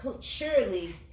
surely